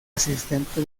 asistente